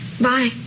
Bye